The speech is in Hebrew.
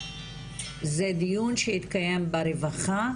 זה דיון שהתקיים ברווחה?